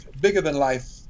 bigger-than-life